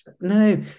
No